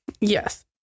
Yes